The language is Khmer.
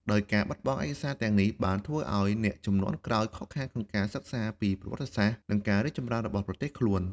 ដោយការបាត់បង់ឯកសារទាំងនេះបានធ្វើឲ្យអ្នកជំនាន់ក្រោយខកខានក្នុងការសិក្សាពីប្រវត្តិសាស្ត្រ និងការរីកចម្រើនរបស់ប្រទេសខ្លួន។